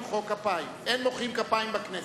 אין מוחאים כפיים בכנסת.